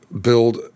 build